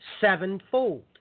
sevenfold